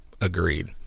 Agreed